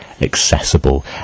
accessible